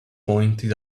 pointed